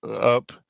up